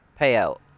payout